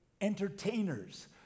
entertainers